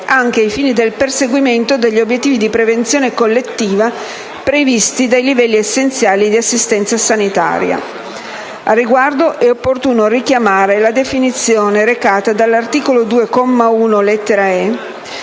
anche ai fini del perseguimento degli obiettivi di prevenzione collettiva previsti dai livelli essenziali di assistenza sanitaria. Al riguardo, è opportuno richiamare la definizione recata dall'articolo 2, comma